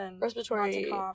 respiratory